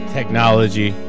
Technology